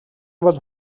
бол